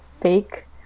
fake